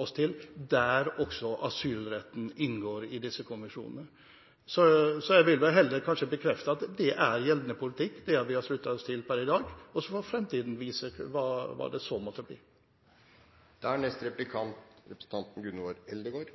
oss til, der også asylretten inngår. Jeg vil kanskje heller bekrefte at det er gjeldende politikk. Det har vi sluttet oss til per i dag, og så får fremtiden vise hva det så måtte bli. Det er